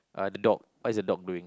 uh the dog what's the dog doing